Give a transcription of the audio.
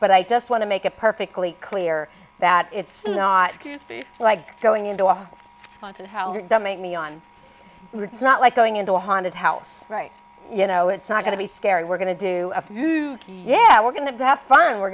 but i just want to make a perfectly clear that it's not like going into a fountain how does that make me on it's not like going into a haunted house right you know it's not going to be scary we're going to do yeah we're going to have fun we're